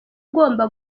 ugomba